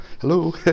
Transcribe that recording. Hello